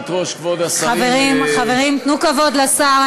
חברים, תנו כבוד לשר.